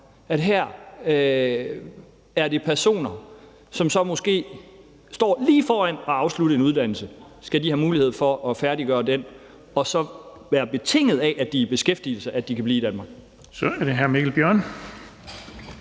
om. Her er det personer, som måske står lige foran at afslutte en uddannelse. Skal de have mulighed for at færdiggøre den, og skal det være betinget af, at de er i beskæftigelse, at de kan blive i Danmark? Kl. 18:13 Den fg.